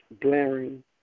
blaring